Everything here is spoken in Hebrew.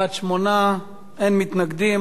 בעד, 8, אין מתנגדים.